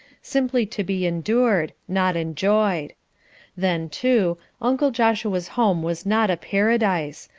simply to be endured, not enjoyed then, too, uncle joshua's home was not a paradise,